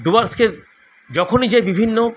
ডুয়ার্সে যখনই যাই বিভিন্ন